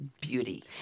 beauty